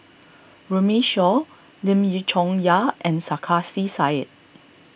Runme Shaw Lim Chong Yah and Sarkasi Said